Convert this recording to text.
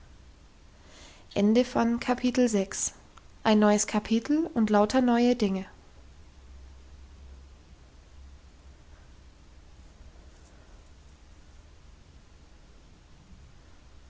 ein neues kapitel und lauter neue dinge